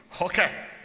okay